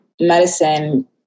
medicine